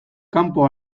kanpo